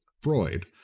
Freud